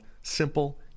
simple